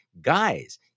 guys